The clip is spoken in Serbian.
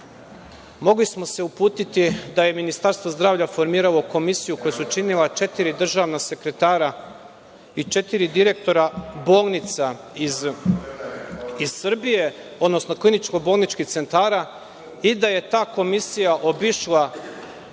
mogli smo se uputiti da je Ministarstvo zdravlja formiralo komisiju koju su činila četiri državna sekretara i četiri direktora bolnica iz Srbije, odnosno kliničko-bolničkih centara i da je ta komisija obišla